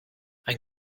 ein